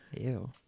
Ew